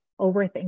overthink